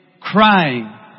crying